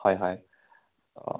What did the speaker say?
হয় হয় অঁ